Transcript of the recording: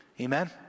Amen